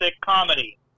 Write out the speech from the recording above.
comedy